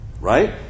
Right